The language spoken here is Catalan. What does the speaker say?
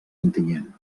ontinyent